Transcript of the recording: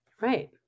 Right